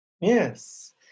Yes